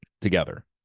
Together